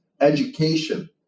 education